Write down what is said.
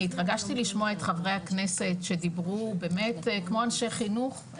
אני התרגשתי לשמוע פה את חברי הכנסת שדיברו באמת כמו אנשי חינוך,